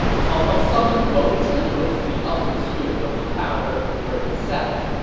cao cao summoned both generals to the upper tier of the tower where he sat.